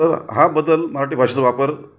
तर हा बदल मराठी भाषेचा वापर